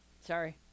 Sorry